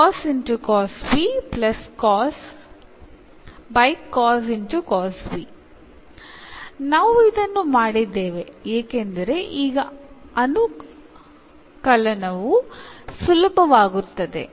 ಆದ್ದರಿಂದ ಇದು 1cos cos v cos cos v ನಾವು ಇದನ್ನು ಮಾಡಿದ್ದೇವೆ ಏಕೆಂದರೆ ಈಗ ಅನುಕಲನವು ಸುಲಭವಾಗುತ್ತದೆ